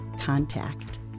contact